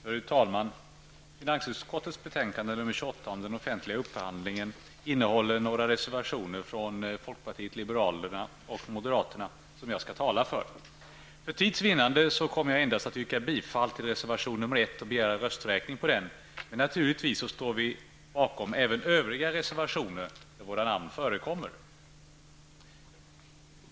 Fru talman! Finansutskottets betänkande nr 28 om den offentliga upphandlingen innehåller några reservationer från folkpartiet liberalerna och moderaterna som jag skall tala för. För tids vinnande kommer jag att yrka bifall endast till reservation nr 1 och begära rösträkning om den, men naturligtvis står vi bakom även övriga reservationer där våra namn förekommer.